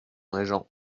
régent